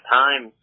time